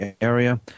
area